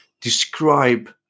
describe